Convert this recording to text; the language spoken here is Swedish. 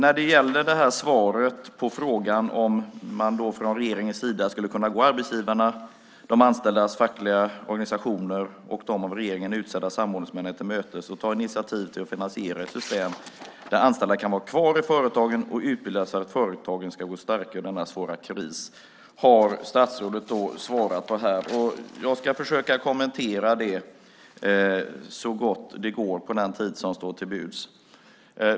Statsrådet har svarat på frågan om man från regeringens sida skulle kunna gå arbetsgivarna, de anställdas fackliga organisationer och dem av regeringen utsedda samordningsmännen till mötes och ta ett initiativ till att finansiera ett system där anställda kan vara kvar i företagen och utbildas så att företagen ska gå starka ur denna svåra kris. Jag ska försöka kommentera det så gott det går på den tid som står till buds.